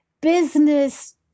business